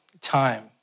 time